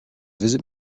visit